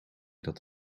dat